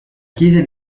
chiesa